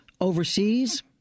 overseas